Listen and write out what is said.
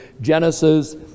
Genesis